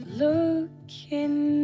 looking